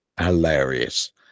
hilarious